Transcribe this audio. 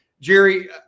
Jerry